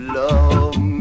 love